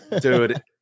dude